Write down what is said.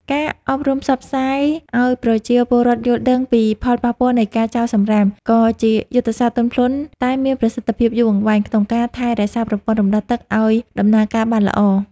ការអប់រំផ្សព្វផ្សាយឱ្យប្រជាពលរដ្ឋយល់ដឹងពីផលប៉ះពាល់នៃការចោលសំរាម ក៏ជាយុទ្ធសាស្ត្រទន់ភ្លន់តែមានប្រសិទ្ធភាពយូរអង្វែង ក្នុងការថែរក្សាប្រព័ន្ធរំដោះទឹកឱ្យដំណើរការបានល្អ។